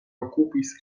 okupis